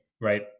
right